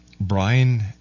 Brian